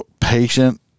patient